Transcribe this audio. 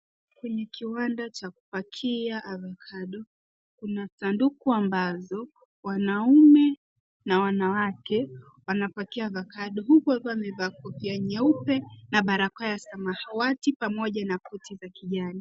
Kwenye kiwanda cha kupakia avocado , kuna sanduku ambazo wanaume na wanawake wanapakia avocado huku wakiwa wamevalia nguo nyeupe na barakoa ya samawati, pamoja na koti za kijani.